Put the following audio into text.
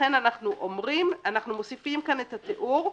לכן אנחנו מוסיפים פה את התיאור: